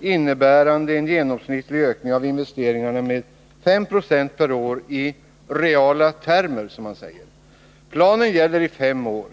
innebärande en genomsnittlig ökning av investeringarna med 5 Yo per år i reala termer, som man säger. Planen gäller i fem år.